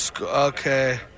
Okay